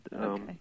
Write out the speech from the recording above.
okay